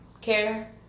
care